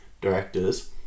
directors